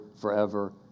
forever